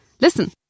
Listen